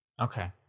Okay